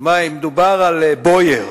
כלומר אם מדובר על "בויאר",